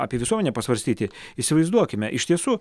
apie visuomenę pasvarstyti įsivaizduokime iš tiesų